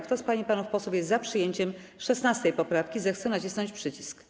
Kto z pań i panów posłów jest za przyjęciem 16. poprawki, zechce nacisnąć przycisk.